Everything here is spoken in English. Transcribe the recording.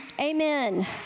Amen